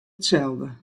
itselde